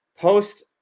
post